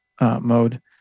mode